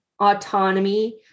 autonomy